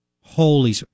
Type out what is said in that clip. Holy